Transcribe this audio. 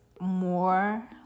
more